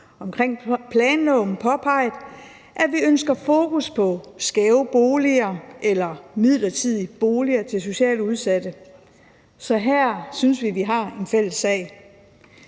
omkring planloven påpeget, at vi ønsker fokus på skæve boliger eller midlertidige boliger til socialt udsatte. Så her synes vi, vi har en fælles sag.